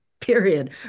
period